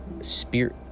Spirit